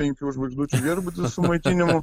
penkių žvaigždučių viešbutis su maitinimu